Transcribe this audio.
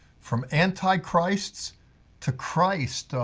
from anti-christs to christ,